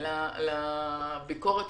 לביקורת